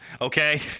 okay